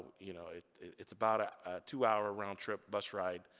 you know it's about a two hour round trip bus ride,